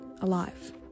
alive